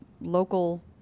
local